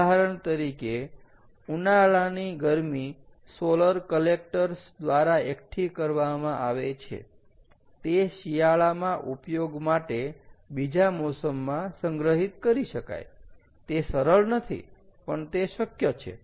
ઉદાહરણ તરીકે ઉનાળાની ગરમી સોલર કલ્લેક્ટર્સ દ્વારા એકઠી કરવામાં આવે છે તે શિયાળામાં ઉપયોગ માટે બીજા મોસમમાં સંગ્રહિત કરી શકાય તે સરળ નથી પણ તે શક્ય છે